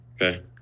okay